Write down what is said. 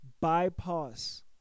bypass